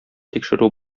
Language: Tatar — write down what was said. тикшерү